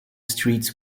streets